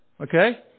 Okay